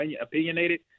opinionated